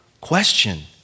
question